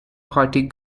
party